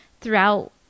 throughout